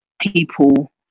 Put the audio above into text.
people